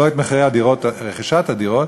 לא את מחירי רכישת הדירות,